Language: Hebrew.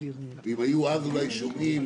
ואם היו אז אולי שומעים,